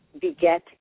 beget